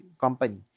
company